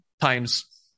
times